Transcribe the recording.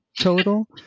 total